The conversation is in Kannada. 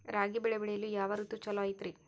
ರಾಗಿ ಬೆಳೆ ಬೆಳೆಯಲು ಯಾವ ಋತು ಛಲೋ ಐತ್ರಿ?